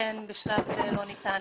ולכן בשלב זה לא ניתן